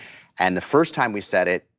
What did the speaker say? and the first time we said it,